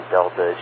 Delta